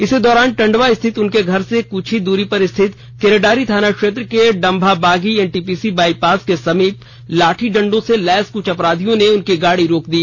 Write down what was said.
इसी दौरान टंडवा स्थित उनके घर से कुछ ही दूरी पर स्थित केरेडारी थाना क्षेत्र के डम्भाबागी एनटीपीसी बाईपास के समीप लाठी डंडो से लैस कुछ अपराधियों ने उनकी गाड़ी रोक दी